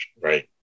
right